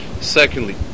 Secondly